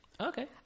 Okay